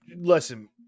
listen